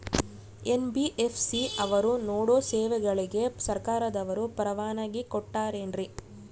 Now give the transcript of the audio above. NBFC ಅವರು ನೇಡೋ ಸೇವೆಗಳಿಗೆ ಸರ್ಕಾರದವರು ಪರವಾನಗಿ ಕೊಟ್ಟಾರೇನ್ರಿ?